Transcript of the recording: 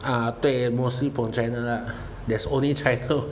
啊对 mostly from china lah there's only china